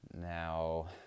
Now